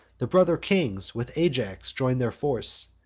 the brother kings with ajax join their force,